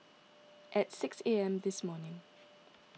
at six A M this morning